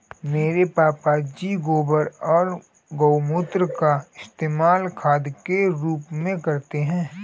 मेरे पापा जी गोबर और गोमूत्र का इस्तेमाल खाद के रूप में करते हैं